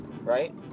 right